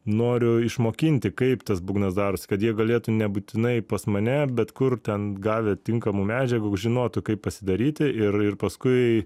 noriu išmokinti kaip tas būgnas darosi kad jie galėtų nebūtinai pas mane bet kur ten gavę tinkamų medžiagų žinotų kaip pasidaryti ir ir paskui